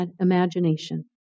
imagination